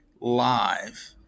live